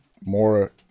more